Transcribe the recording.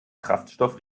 kraftstoff